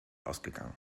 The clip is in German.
ausgegangen